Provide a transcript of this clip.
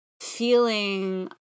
feeling